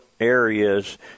areas